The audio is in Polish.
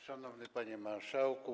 Szanowny Panie Marszałku!